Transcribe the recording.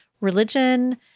religion